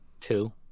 Two